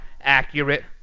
accurate